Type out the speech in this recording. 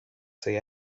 say